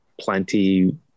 plenty